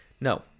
No